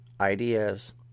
ideas